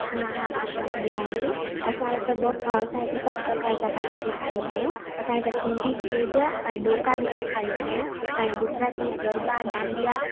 हा हा मां तव्हांखे ॿुधायां थी असां इते ॿ असां इते सभु प्रकार जा डांस सेखारींदा आहियूं असां इते सिंधी छेज ऐं ॾोंका बि सेखारींदा आहियूं ऐं गुजराती में गरबा डांडिया